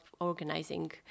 organizing